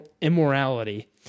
immorality